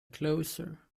closer